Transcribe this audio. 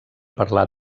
parlar